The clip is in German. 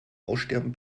aussterben